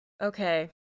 Okay